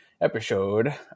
episode